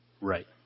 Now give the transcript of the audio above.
Right